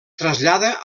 trasllada